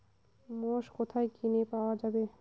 মোষ কোথায় কিনে পাওয়া যাবে?